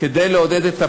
אני לא קיבלתי את אותה